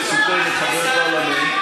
מה שמצופה מחבר פרלמנט.